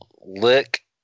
lick